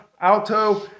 alto